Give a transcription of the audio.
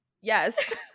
Yes